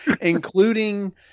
Including